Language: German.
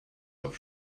auf